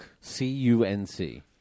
C-U-N-C